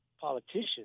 politicians